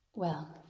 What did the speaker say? well,